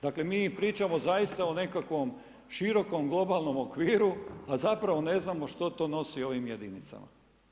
Dakle, mi pričamo zaista o nekakvom širokom globalnom okviru, a zapravo ne znam što to nosi ovim jedinicama.